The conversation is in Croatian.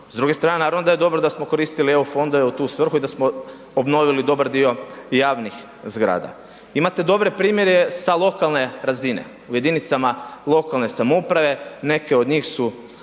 se ne razumije./... dobro da smo koristili EU fondove u tu svrhu i da smo obnovili dobar dio javnih zgrada. Imate dobre primjere sa lokalne razine, u jedinicama lokalne samouprave neke od njih su,